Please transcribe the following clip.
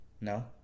No